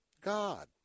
God